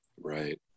Right